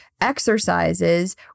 exercises